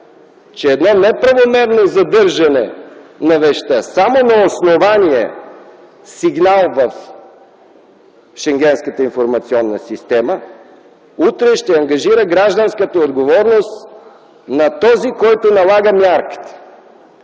че едно неправомерно задържане на вещта само на основание сигнал в Шенгенската информационна система утре ще ангажира гражданската отговорност на този, който налага мярката,